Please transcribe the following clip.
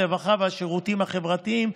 הרווחה והשירותים החברתיים,